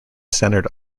centred